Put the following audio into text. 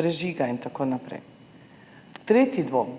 brez žiga in tako naprej. Tretji dvom